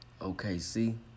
OKC